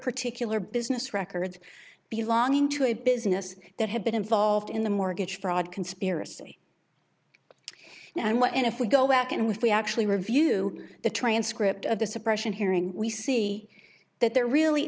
particular business records belonging to a business that had been involved in the mortgage fraud conspiracy now and when and if we go back and with we actually review the transcript of the suppression hearing we see that there really